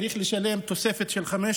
על כל שישה חודשים צריך לשלם תוספת של 5%,